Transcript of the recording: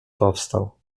powstał